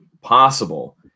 possible